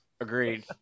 Agreed